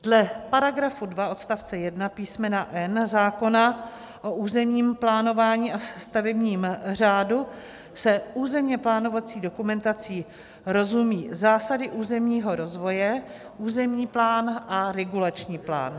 Dle § 2 odst. 1 písm. n) zákona o územním plánování a stavebním řádu se územně plánovací dokumentací rozumí zásady územního rozvoje, územní plán a regulační plán.